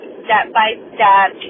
step-by-step